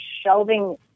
shelving